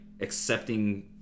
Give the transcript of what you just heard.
accepting